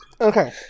Okay